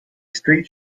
street